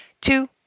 two